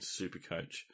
Supercoach